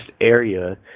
area